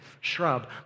shrub